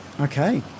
Okay